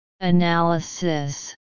Analysis